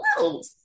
little